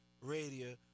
radio